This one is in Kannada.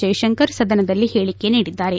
ಜೈಶಂಕರ್ ಸದನದಲ್ಲಿ ಹೇಳಿಕೆ ನೀಡಿದ್ದಾರೆ